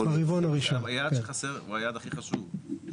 היעד שחסר הוא היעד הכי חשוב,